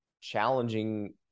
challenging